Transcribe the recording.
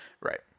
Right